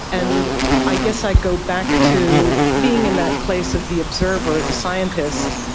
and i guess i go back to being in that place of the observer, the scientist,